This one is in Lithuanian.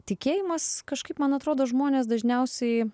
tikėjimas kažkaip man atrodo žmonės dažniausiai